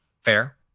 Fair